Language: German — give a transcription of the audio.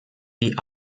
die